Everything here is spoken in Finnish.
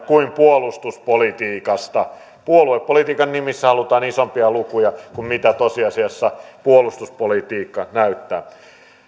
kuin puolustuspolitiikasta puoluepolitiikan nimissä halutaan isompia lukuja kuin mitä tosiasiassa puolustuspolitiikka näyttää